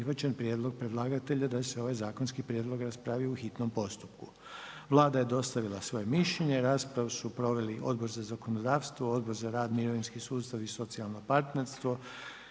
prihvaćen prijedlog predlagatelja da se ovaj zakonski prijedlog raspravi u hitnom postupku. Vlada je dostavila svoje mišljenje. Raspravu su proveli Odbor za zakonodavstvo, Odbor za rad, mirovinski sustav i socijalno partnerstvo.